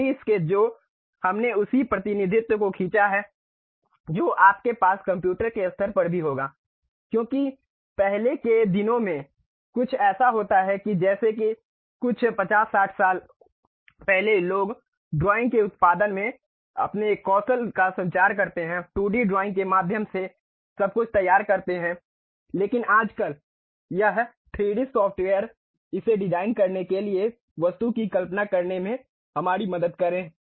2D sketch जो हमने उसी प्रतिनिधित्व को खींचा है जो आपके पास कंप्यूटर के स्तर पर भी होगा क्योंकि पहले के दिनों में कुछ ऐसा होता है जैसे कि कुछ 50 60 साल पहले लोग ड्राइंग के उत्पादन में अपने कौशल का संचार करते हैं 2D ड्रॉइंग के माध्यम से सब कुछ तैयार करते हैं लेकिन आजकल यह 3D सॉफ्टवेयर इसे डिजाइन करने के लिए वस्तु की कल्पना करने में हमारी मदद करें